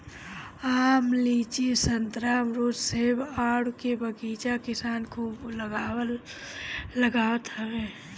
आम, लीची, संतरा, अमरुद, सेब, आडू के बगीचा किसान खूब लगावत हवे